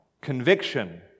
conviction